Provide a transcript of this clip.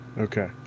Okay